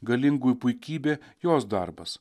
galingųjų puikybė jos darbas